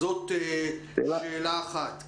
זאת שאלה אחת.